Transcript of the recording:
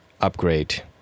upgrade